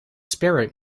spirit